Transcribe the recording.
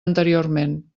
anteriorment